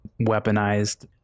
weaponized